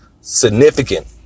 significant